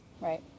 Right